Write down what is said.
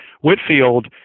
Whitfield